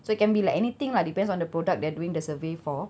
so it can be like anything lah depends on the product they are doing the survey for